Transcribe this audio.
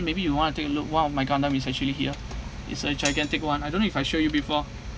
maybe you want to take a look one of my gundam is actually here it's a gigantic one I don't know if I show you before